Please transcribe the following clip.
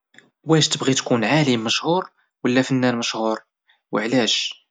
واش تبغي تكون عالم مشهور ولا فنان مشهور وعلاش؟